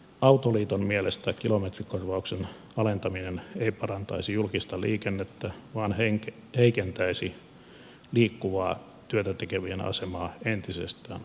autoliiton mielestä kilometrikorvauksen alentaminen ei parantaisi julkista liikennettä vaan heikentäisi liikkuvaa työtä tekevien asemaa entisestään